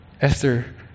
Esther